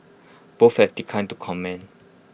both have declined to comment